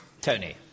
Tony